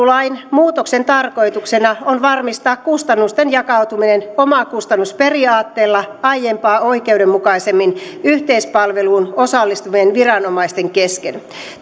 muutoksen tarkoituksena on varmistaa kustannusten jakautuminen omakustannusperiaatteella aiempaa oikeudenmukaisemmin yhteispalveluun osallistuvien viranomaisten kesken tämä